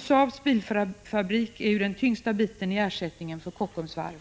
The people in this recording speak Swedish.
Saabs bilfabrik är också den tyngsta delen av ersättningen för Kockums varv.